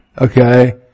Okay